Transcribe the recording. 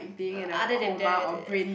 uh other than that uh